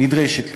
נדרשת כאן.